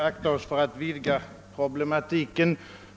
Herr talman!